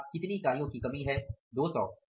अर्थात कितने इकाइयों की कमी है 200